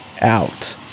out